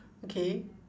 okay